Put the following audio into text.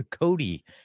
Cody